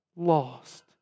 Lost